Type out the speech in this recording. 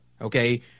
okay